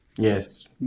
Yes